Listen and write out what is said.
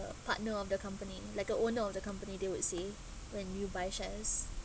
partner of the company like a owner of the company they would say when you buy shares